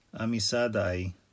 Amisadai